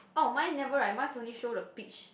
oh mine never eh mine only show the peach